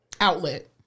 outlet